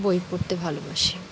বই পড়তে ভালোবাসি